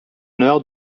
nord